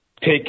take